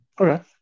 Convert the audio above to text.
Okay